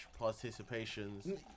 participations